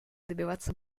добиваться